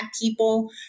people